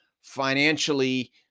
financially